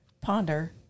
ponder